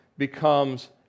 becomes